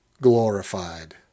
glorified